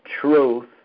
truth